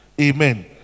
Amen